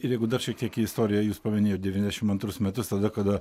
ir jeigu dar šiek tiek į istoriją jūs paminėjot devyniasdešim antrus metus tada kada